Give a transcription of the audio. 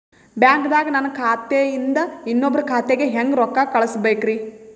ಬ್ಯಾಂಕ್ದಾಗ ನನ್ ಖಾತೆ ಇಂದ ಇನ್ನೊಬ್ರ ಖಾತೆಗೆ ಹೆಂಗ್ ರೊಕ್ಕ ಕಳಸಬೇಕ್ರಿ?